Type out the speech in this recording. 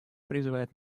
призывает